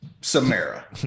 Samara